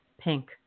pink